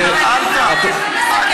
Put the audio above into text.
סליחה, אדוני, אתה נעלת, אתה נעלת.